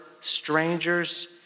strangers